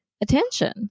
attention